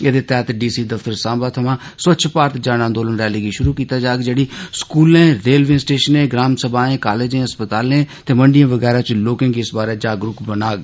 एहदे तैह्त डीसी दफ्तर सांबा थमां स्वच्छ भारत जन आंदोलन रैली गी शुरु कीता जाग जेहड़ी स्कूलें रेलवे स्टेशनें ग्राम सभाएं कालेजें अस्पतालें ते मंडिएं वगैरा च लोकें गी इस बारै जागरूक बनाग